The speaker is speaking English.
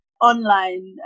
Online